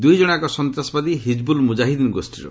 ଦୁଇ ଜଣଯାକ ସନ୍ତାସବାଦୀ ହିଜ୍ବୁଲ୍ ମୁକ୍କାହିଦ୍ଦିନ୍ ଗୋଷୀର